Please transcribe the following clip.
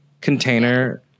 container